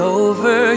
over